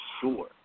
sure